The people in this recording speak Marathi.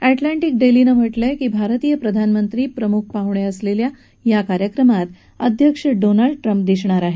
एटलांटिक डेलीनं म्हटलंय की भारतीय प्रधानमंत्री प्रमुख पाहुणे असलेल्या कार्यक्रमात अध्यक्ष डोनाल्ड ट्रम्प दिसणार आहेत